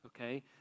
Okay